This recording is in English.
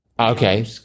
okay